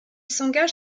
s’engage